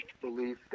belief